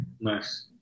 Nice